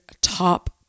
top